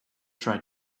try